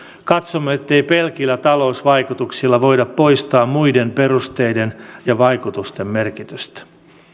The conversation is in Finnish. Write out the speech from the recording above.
katsomme ettei pelkillä talousvaikutuksilla voida poistaa muiden perusteiden ja vaikutusten merkitystä